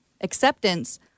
acceptance